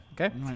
okay